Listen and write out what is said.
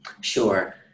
Sure